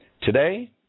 today